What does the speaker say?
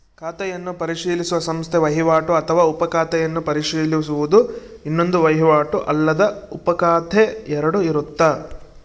ಖಾತೆಯನ್ನು ಪರಿಶೀಲಿಸುವ ಸಂಸ್ಥೆ ವಹಿವಾಟು ಅಥವಾ ಉಪ ಖಾತೆಯನ್ನು ಪರಿಶೀಲಿಸುವುದು ಇನ್ನೊಂದು ವಹಿವಾಟು ಅಲ್ಲದ ಉಪಖಾತೆ ಎರಡು ಇರುತ್ತ